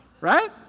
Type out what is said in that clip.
right